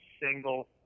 single